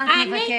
מה את מבקשת?